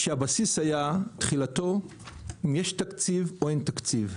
כשהבסיס היה תחילתו אם יש תקציב או אין תקציב.